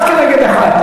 אחד כנגד אחד.